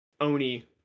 oni